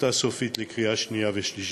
אותה סופית לקריאה שנייה ושלישית.